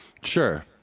Sure